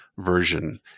version